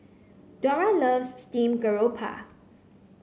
Dora loves steamed garoupa